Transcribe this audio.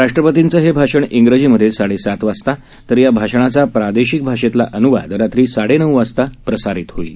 राष्ट्रपतींचं हे भाषण इंग्रजीमध्ये साडेसात वाजता तर या भाषणाचा प्रादेशिक भाषेतला अनुवाद रात्री साडे नऊ वाजता प्रसारित होणार आहे